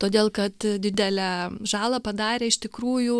todėl kad didelę žalą padarė iš tikrųjų